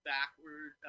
backward